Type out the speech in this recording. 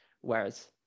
Whereas